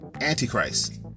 antichrist